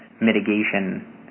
mitigation